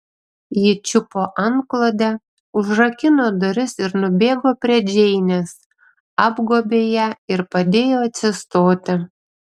ji čiupo antklodę užrakino duris ir nubėgo prie džeinės apgobė ją ir padėjo atsistoti